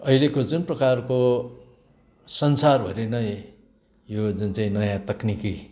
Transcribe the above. अहिलेको जुन प्रकारको संसारभरि नै यो जुन चाहिँ नयाँ तक्निकी